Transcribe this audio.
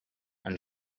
and